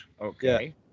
okay